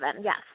Yes